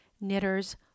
knitters